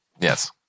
Yes